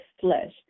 flesh